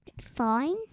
Fine